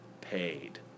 paid